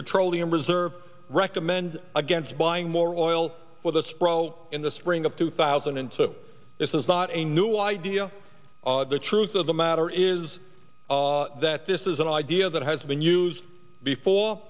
petroleum reserve recommend against buying more oil with a stroke in the spring of two thousand and two this is not a new idea the truth of the matter is that this is an idea that has been used before